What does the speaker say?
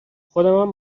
خودمم